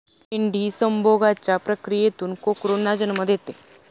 मेंढी संभोगाच्या प्रक्रियेतून कोकरूंना जन्म देते